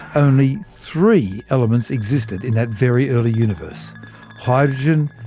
only three elements existed in that very early universe hydrogen,